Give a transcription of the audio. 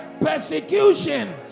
persecution